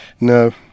No